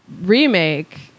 remake